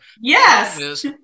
Yes